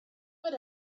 but